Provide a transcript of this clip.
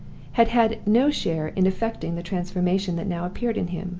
had had no share in effecting the transformation that now appeared in him.